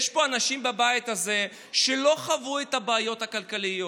יש פה אנשים בבית הזה שלא חוו את הבעיות הכלכליות,